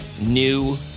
new